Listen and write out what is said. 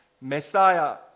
Messiah